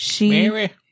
Mary